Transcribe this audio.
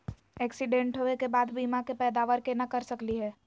Accident होवे के बाद बीमा के पैदावार केना कर सकली हे?